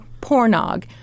pornog